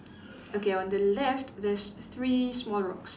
okay on the left there's three small rocks